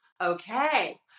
Okay